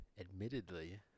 admittedly